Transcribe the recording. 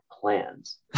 plans